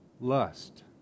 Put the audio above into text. lust